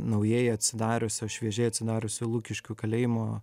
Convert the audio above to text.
naujai atsidariusio šviežiai atsidariusio lukiškių kalėjimo